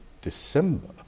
december